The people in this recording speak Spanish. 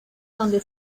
donde